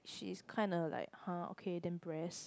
she is kinda like !huh! okay then breast